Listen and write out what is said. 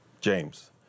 James